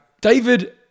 David